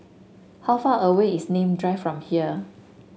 how far away is Nim Drive from here